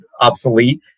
obsolete